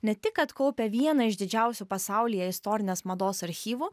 ne tik kad kaupia vieną iš didžiausių pasaulyje istorinės mados archyvų